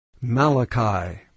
Malachi